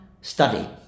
study